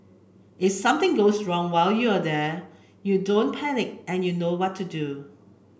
if something goes wrong while you're there you don't panic and you know what to do